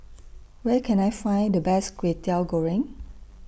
Where Can I Find The Best Kway Teow Goreng